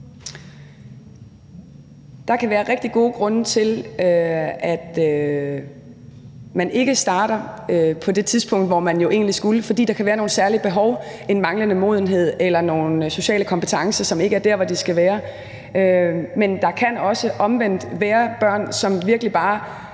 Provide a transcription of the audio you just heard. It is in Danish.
Der kan være rigtig gode grunde til, at man ikke starter på det tidspunkt, hvor man jo egentlig skulle. For der kan være tale om nogle særlige behov, en manglende modenhed eller nogle sociale kompetencer, som ikke er der, hvor de skal være. Men der kan også omvendt være børn, som virkelig bare